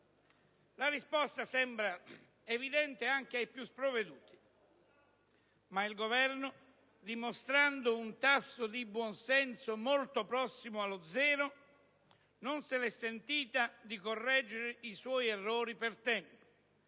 La risposta sembra evidente, anche ai più sprovveduti, ma il Governo, dimostrando un tasso di buon senso molto prossimo allo zero, non se l'è sentita di correggere i suoi errori per tempo,